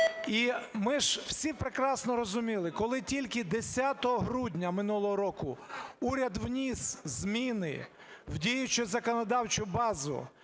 І ми ж всі прекрасно розуміли, коли тільки 10 грудня минулого року уряд вніс зміни в діючу законодавчу базу